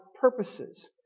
purposes